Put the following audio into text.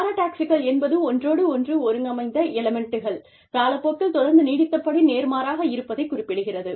paradoxical என்பது ஒன்றோடொன்று ஒருங்கமைந்த எலமெண்ட்கள் காலப்போக்கில் தொடர்ந்து நீடித்தபடி நேர்மாறாக இருப்பதைக் குறிப்பிடுகிறது